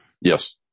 Yes